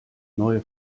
neue